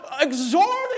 exhorting